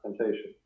temptation